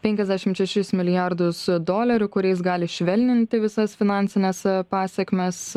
penkiasdešim šešis milijardus dolerių kuriais gali švelninti visas finansines pasekmes